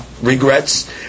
regrets